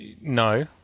No